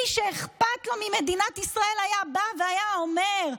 מי שאכפת לו ממדינת ישראל היה בא והיה אומר: